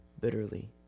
bitterly